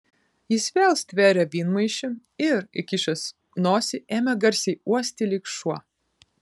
jis vėl stvėrė vynmaišį ir įkišęs nosį ėmė garsiai uosti lyg šuo